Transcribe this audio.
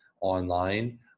online